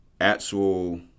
actual